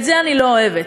את זה אני לא אוהבת.